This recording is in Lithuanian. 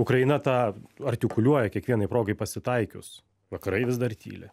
ukraina tą artikuliuoja kiekvienai progai pasitaikius vakarai vis dar tyli